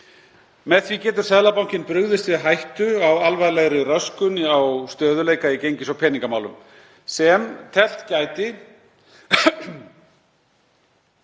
Með því getur Seðlabankinn brugðist við hættu á alvarlegri röskun á stöðugleika í gengis- og peningamálum sem teflt gæti